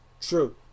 True